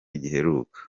giheruka